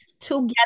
together